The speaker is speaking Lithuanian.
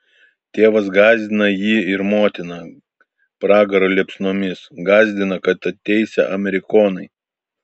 tėvas gąsdina jį ir motiną pragaro liepsnomis gąsdina kad ateisią amerikonai